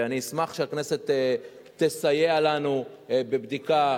ואני אשמח שהכנסת תסייע לנו בבדיקה,